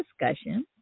discussion